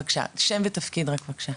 בבקשה, רק שם ותפקיד בבקשה.